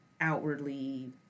outwardly